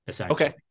okay